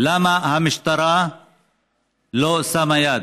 למה המשטרה לא שמה יד?